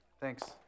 Thanks